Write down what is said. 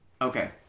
okay